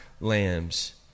lambs